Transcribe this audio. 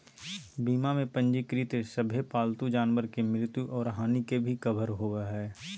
बीमा में पंजीकृत सभे पालतू जानवर के मृत्यु और हानि के भी कवर करो हइ